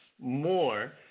more